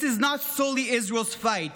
This is not solely Israel’s fight,